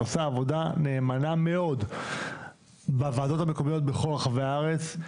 עושה עבודה נאמנה מאוד בוועדות המקומיות בכל רחבי הארץ.